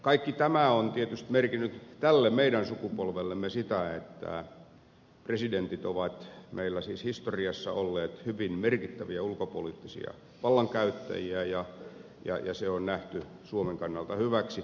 kaikki tämä on tietysti merkinnyt tälle meidän sukupolvellemme sitä että presidentit ovat meillä historiassa olleet hyvin merkittäviä ulkopoliittisia vallankäyttäjiä ja se on nähty suomen kannalta hyväksi